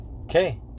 Okay